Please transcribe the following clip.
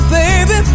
baby